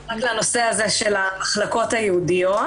רק לנושא המחלקות הייעודיות.